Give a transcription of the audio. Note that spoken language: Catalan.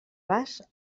vas